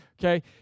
okay